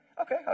Okay